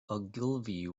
ogilvy